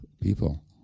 people